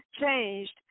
changed